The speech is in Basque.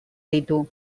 ditu